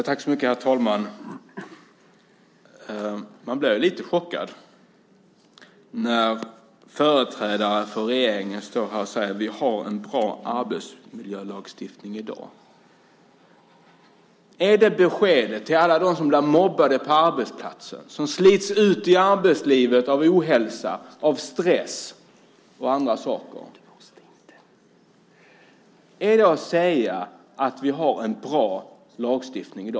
Herr talman! Man blir lite chockad när företrädare för regeringen säger att vi har en bra arbetsmiljölagstiftning i dag. Är det beskedet till alla dem som blir mobbade på arbetsplatsen och till dem som slits ut i arbetslivet av ohälsa och stress? Har vi en bra lagstiftning i dag?